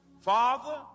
Father